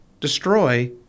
destroy